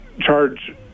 charge